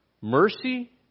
Mercy